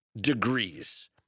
degrees